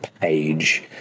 page